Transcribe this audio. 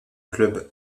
club